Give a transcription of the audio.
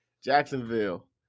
Jacksonville